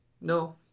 no